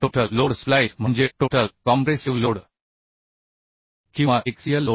total load splice म्हणजे total compressive load किंवा axial load